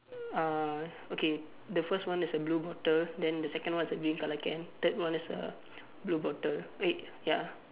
uh okay the first one is a blue bottle then the second one is a green colour can third one is a blue bottle wait ya